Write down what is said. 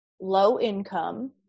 low-income